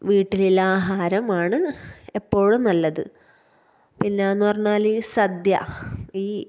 വീട്ടിലുള്ള ആഹാരമാണ് എപ്പോഴും നല്ലത് പിന്നേന്ന് പറഞ്ഞാല് സദ്യ ഈ